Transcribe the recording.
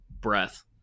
breath